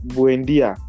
Buendia